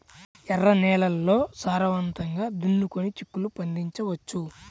ఎర్ర నేలల్లో సారవంతంగా దున్నుకొని చిక్కుళ్ళు పండించవచ్చు